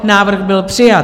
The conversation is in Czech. Návrh byl přijat.